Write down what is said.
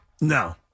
No